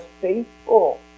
faithful